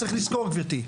צריך לזכור גבירתי.